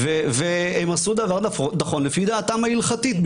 והם עשו דבר נכון לפי דעתם ההלכתית,